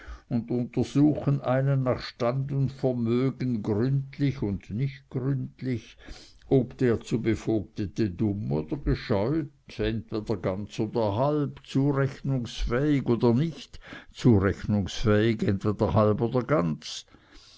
untersuchen einen nach stand und vermögen gründlich und nicht gründlich ob der zu bevogtende dumm sei oder gescheut entweder ganz oder halb zurechnungsfähig oder nicht zurechnungsfähig entweder ganz oder halb